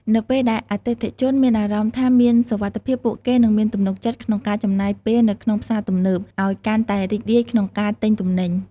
នៅពេលដែលអតិថិជនមានអារម្មណ៍ថាមានសុវត្ថិភាព ពួកគេនឹងមានទំនុកចិត្តក្នុងការចំណាយពេលនៅក្នុងផ្សារទំនើប ឲ្យកាន់តែរីករាយក្នុងការទិញទំនិញ។